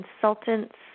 consultants